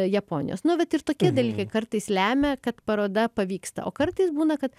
japonijos nu vat ir tokie dalykai kartais lemia kad paroda pavyksta o kartais būna kad